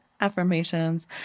affirmations